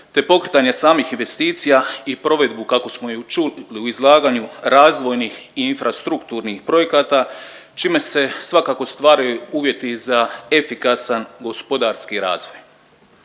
te pokretanje samih investicija i provedbu kako smo i čuli u izlaganju razvojnih i infrastrukturnih projekata čime se svakako stvaraju uvjeti za efikasan gospodarski razvoj.